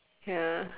ya